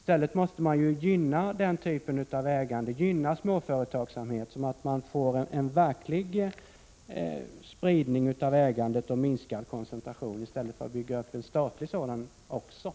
Man måste gynna småföretagsamhet, så att man får en verklig spridning av ägandet och en minskad koncentration i stället för att bygga upp också en statlig koncentration.